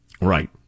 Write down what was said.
Right